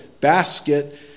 basket